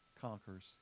conquers